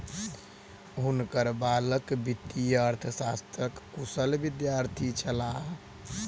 हुनकर बालक वित्तीय अर्थशास्त्रक कुशल विद्यार्थी छलाह